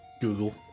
Google